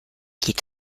geht